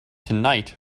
tonight